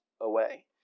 away